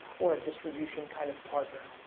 or a distribution kind of partner.